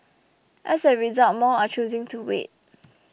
as a result more are choosing to wait